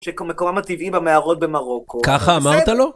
שמקומם הטבעי במערות במרוקו, בסדר... ככה אמרת לו?